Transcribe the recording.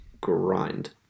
grind